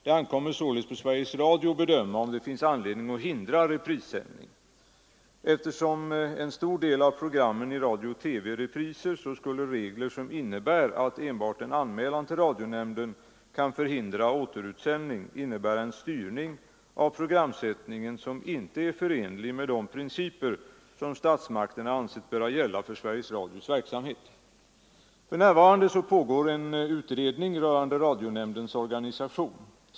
Det ankommer således på Sveriges Radio att bedöma, om det finns anledning att hindra reprissändning. Eftersom en stor del av programmen i radio och TV är repriser skulle regler som innebär att enbart en anmälan till radionämnden kan förhindra återutsändning innebära en styrning av programsättningen som inte är förenlig med de principer som statsmakterna ansett böra gälla för Sveriges Radios verksamhet. För närvarande pågår en utredning rörande radionämndens organisation.